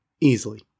Easily